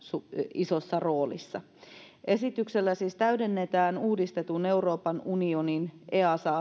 isossa roolissa esityksellä siis täydennetään uudistetun euroopan unionin easa asetuksen